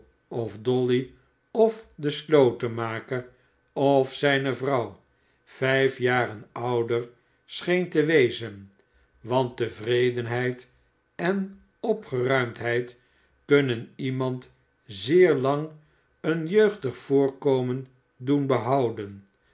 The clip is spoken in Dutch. of dolly of de slotenmaker of zijne vrouw vijf jaren ouder scheen te wezen want tevredenheid en opgeruimdheid kunneii iemand zeer lang een jeugdig voorkomen doen behouden